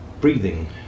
breathing